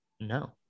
no